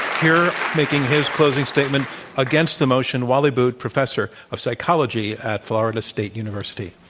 here making his closing statement against the motion, wally boot, professor of psychology at florida state university.